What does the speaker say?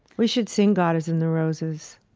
we should sing god is in the roses.